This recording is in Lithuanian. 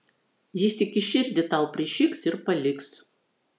jis tik į širdį tau prišiks ir paliks